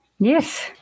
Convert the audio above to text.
Yes